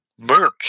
Merch